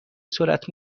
سرعت